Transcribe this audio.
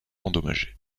endommagée